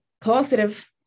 positive